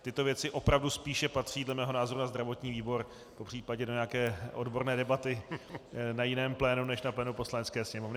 Tyto věci opravdu spíše patří podle mého názoru na zdravotní výbor, popřípadě do nějaké odborné debaty na jiném plénu než na plénu Poslanecké sněmovny.